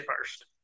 first